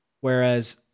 Whereas